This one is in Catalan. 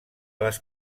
les